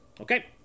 Okay